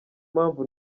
mpamvu